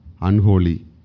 unholy